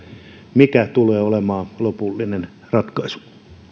mikä tulee olemaan lopullinen ratkaisu